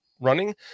running